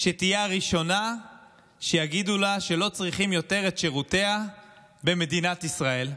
שתהיה הראשונה שיגידו לה שלא צריכים יותר את שירותיה במדינת ישראל?